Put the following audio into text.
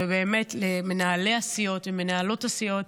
ובאמת, למנהלי הסיעות ומנהלות הסיעות.